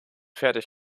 fertig